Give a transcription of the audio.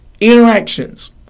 interactions